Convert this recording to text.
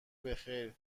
بخیر